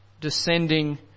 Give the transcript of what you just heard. descending